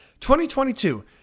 2022